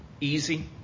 easy